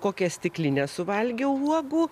kokią stiklinę suvalgiau uogų